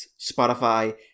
Spotify